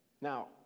Now